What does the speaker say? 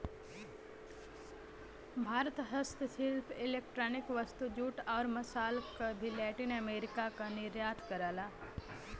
भारत हस्तशिल्प इलेक्ट्रॉनिक वस्तु, जूट, आउर मसाल क भी लैटिन अमेरिका क निर्यात करला